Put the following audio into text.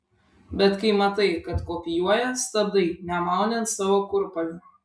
bet kai matai kad kopijuoja stabdai nemauni ant savo kurpalio